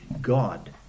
God